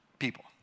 people